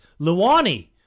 Luani